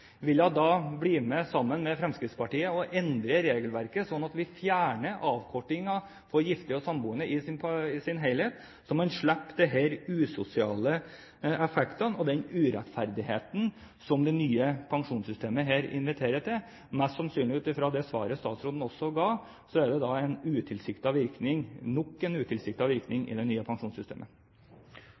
vil hun da bli med, sammen med Fremskrittspartiet, og endre regelverket, altså fjerne avkortingen for gifte og samboende i sin helhet, så man slipper disse usosiale effektene og den urettferdigheten som det nye pensjonssystemet her inviterer til? Mest sannsynlig, ut fra det svaret statsråden også ga, er dette nok en utilsiktet virkning av det nye pensjonssystemet.